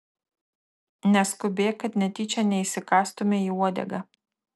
neskubėk kad netyčia neįsikąstumei į uodegą